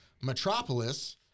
Metropolis